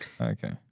Okay